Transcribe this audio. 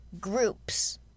groups